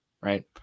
right